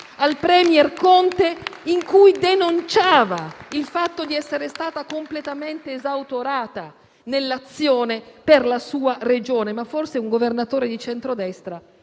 al *premier* Conte in cui denunciava il fatto di essere stata completamente esautorata nell'azione per la sua Regione. Ma forse un governatore di centrodestra